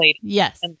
Yes